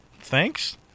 Thanks